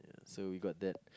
so we got that